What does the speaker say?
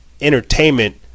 entertainment